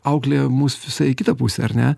auklėja mus visai į kitą pusę ar ne